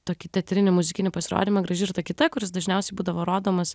tokį teatrinį muzikinį pasirodymą graži ir ta kita kuris dažniausiai būdavo rodomas